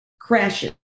crashes